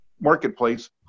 marketplace